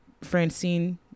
Francine